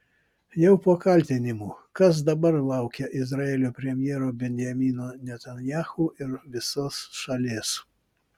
jau po kaltinimų kas dabar laukia izraelio premjero benjamino netanyahu ir visos šalies